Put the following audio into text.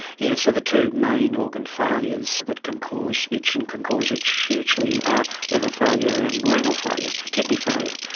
yes, so the two main organ failures that can cause itch and can cause itch hugely are liver failure and renal failure, kidney failure.